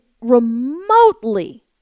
remotely